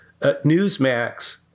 Newsmax